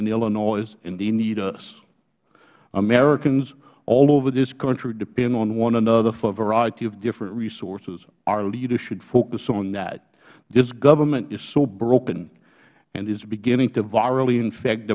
and illinois and they need us americans all over this country depend on one another for a variety of different resources our leaders should focus on that this government is so broken and is beginning to virally infect